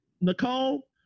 Nicole